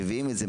מביאים את זה,